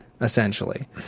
essentially